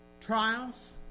trials